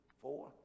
four